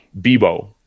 Bebo